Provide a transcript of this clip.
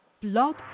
Blog